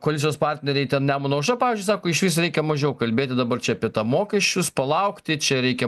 koalicijos partneriai ten nemuno aušra pavyzdžiui sako išvis reikia mažiau kalbėti dabar čia apie tą mokesčius palaukti čia reikia